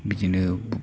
बिदिनो